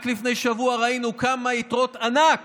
רק לפני שבוע ראינו כמה יתרות ענק